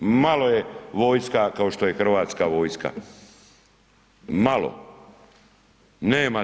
Malo je vojska kao što je hrvatska vojska, malo.